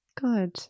Good